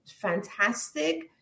fantastic